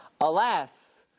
Alas